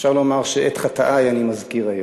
אפשר לומר שאת חטאי אני מזכיר היום.